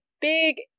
big